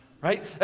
right